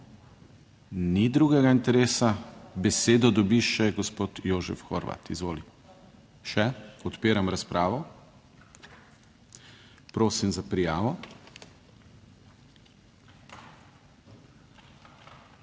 Ni drugega interesa. Besedo dobi še gospod Jožef Horvat, izvolite. Še. Odpiram razpravo, prosim za prijavo.